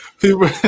people